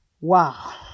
Wow